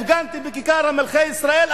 הפגנתי בכיכר מלכי-ישראל,